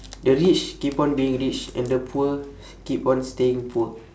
the rich keep on being rich and the poor keep on staying poor